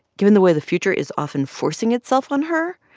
given the way the future is often forcing itself on her,